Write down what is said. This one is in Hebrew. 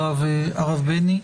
הרב בני.